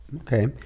Okay